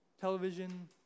television